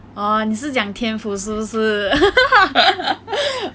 orh 你是讲天福是不是